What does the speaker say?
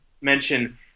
mention